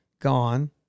gone